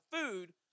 food